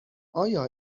آیا